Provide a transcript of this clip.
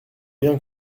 bien